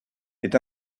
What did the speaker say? est